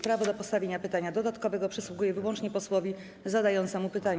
Prawo do postawienia pytania dodatkowego przysługuje wyłącznie posłowi zadającemu pytanie.